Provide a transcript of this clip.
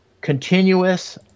continuous